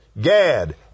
Gad